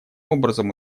образом